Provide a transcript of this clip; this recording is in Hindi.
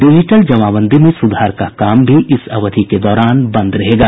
डिजिटल जमाबंदी में सुधार का काम भी इस अवधि के दौरान बंद रहेगा